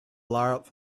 loud